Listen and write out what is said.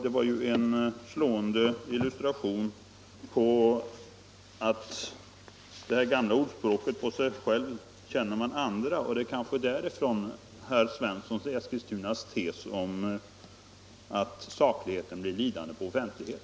Det var en slående illustration av det gamla ordspråket ”på sig själv känner man andra”, när herr Svensson kom med sin tes om att saklighet blir lidande på offentlighet.